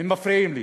הם מפריעים לי.